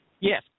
Yes